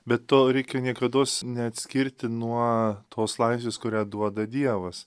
be to reikia niekados neatskirti nuo tos laisvės kurią duoda dievas